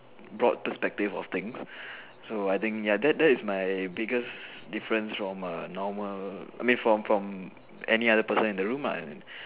broad perspective of things so I think ya that that is my biggest difference from a normal I mean from from any person in the room lah